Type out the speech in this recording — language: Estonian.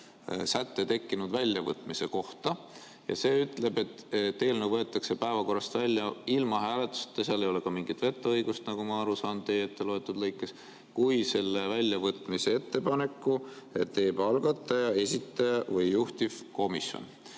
säte väljavõtmise kohta ja see ütleb, et eelnõu võetakse päevakorrast välja ilma hääletuseta – seal ei ole mingit vetoõigust, nagu ma aru saan teie etteloetud lõikest –, kui selle väljavõtmise ettepaneku teeb algataja, esitaja või juhtivkomisjon.